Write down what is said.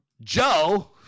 Joe